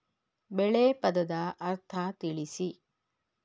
ಬೆಳೆ ಪದದ ಅರ್ಥ ತಿಳಿಸಿ?